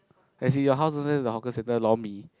as in your house don't have the hawker centre lor mee